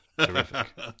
terrific